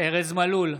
ארז מלול,